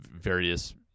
various